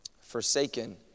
forsaken